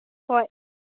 ꯍꯣꯏ